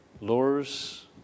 lures